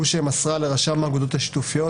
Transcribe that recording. ושמסרה לרשם האגודות השיתופיות,